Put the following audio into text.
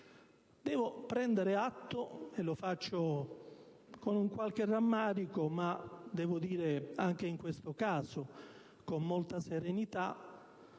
Devo prendere atto, e lo faccio con qualche rammarico ma - devo dire - anche in questo caso con molta serenità,